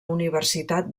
universitat